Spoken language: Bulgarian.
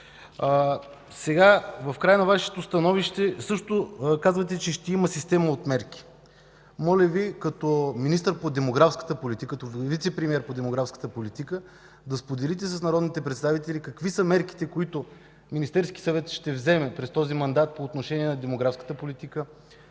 В края на Вашето становище също казвате, че ще има система от мерки. Моля Ви, като вицепремиер по демографската политика, да споделите с народните представители какви са мерките, които Министерският съвет ще вземе през този мандат по отношение на демографската политика